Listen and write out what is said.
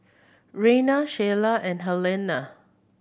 Rayna Sheilah and Helena